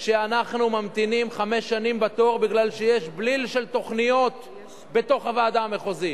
שאנחנו ממתינים חמש שנים בתור בגלל שיש בליל של תוכניות בוועדה המחוזית.